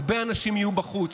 הרבה אנשים יהיו בחוץ.